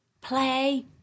play